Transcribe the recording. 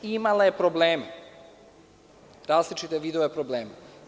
Imala je probleme, različite vidove problema.